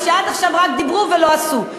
מה שעד עכשיו רק דיברו עליו ולא עשו.